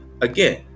again